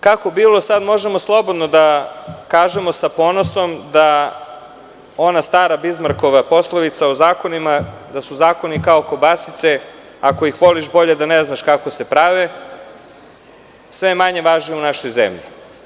Kako bilo sad, možemo slobodno da kažemo, sa ponosom, da ona stara Bizmarkova poslovica o zakonima - da su zakoni kao kobasice, ako ih voliš, bolje da ne znaš kako se prave, sve je manje važila u našoj zemlji.